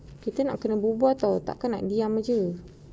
kita nak kena berbual tahu tak kan nak diam jer